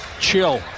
chill